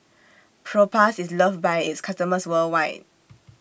Propass IS loved By its customers worldwide